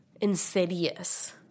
insidious